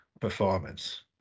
performance